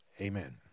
Amen